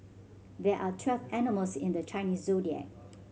there are twelve animals in the Chinese Zodiac